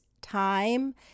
time